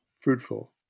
fruitful